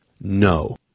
No